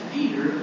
Peter